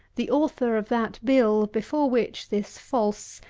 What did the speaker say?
the author of that bill, before which this false,